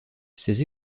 ces